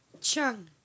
Chung